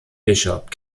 bishop